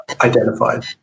identified